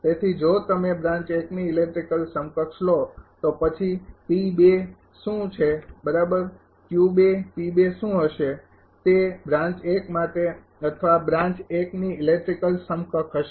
તેથી જો તમે બ્રાન્ચ ની ઇલેક્ટ્રિકલ સમકક્ષ લો તો પછી શું છે બરાબર અને શું હશે તે બ્રાન્ચ માટે અથવા બ્રાન્ચ ની ઇલેક્ટ્રિકલ સમકક્ષ હશે